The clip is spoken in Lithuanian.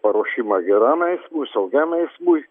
paruošimą geram eismui saugiam eismui